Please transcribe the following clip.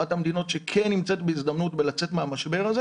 אחת המדינות שכן נמצאת בהזדמנות לצאת מהמשבר,